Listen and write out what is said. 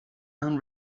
and